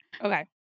Okay